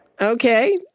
Okay